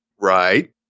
Right